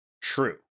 true